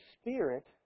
spirit